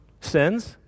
sins